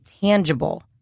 tangible